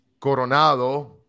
Coronado